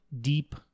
deep